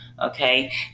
okay